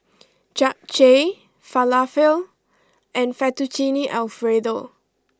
Japchae Falafel and Fettuccine Alfredo